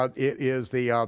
ah it is the,